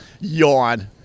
Yawn